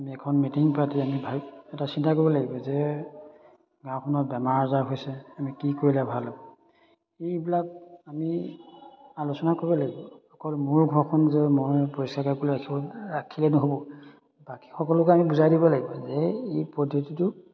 আমি এখন মিটিং পাতি আমি ভাল এটা চিন্তা কৰিব লাগিব যে গাঁওখনত বেমাৰ আজাৰ হৈছে আমি কি কৰিলে ভাল হ'ব এইবিলাক আমি আলোচনা কৰিব লাগিব অকল মোৰ ঘৰখন যে মই পৰিষ্কাৰ কৰি ৰাখিব ৰাখিলে নহ'ব বাকী সকলোকে আমি বুজাই দিব লাগিব যে এই পদ্ধতিটো